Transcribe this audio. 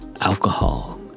alcohol